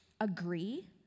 agree